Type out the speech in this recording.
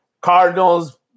Cardinals